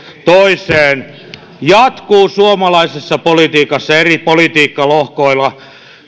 toiseen jatkuu suomalaisessa politiikassa ja eri politiikkalohkoilla